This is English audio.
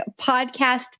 Podcast